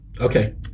Okay